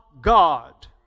God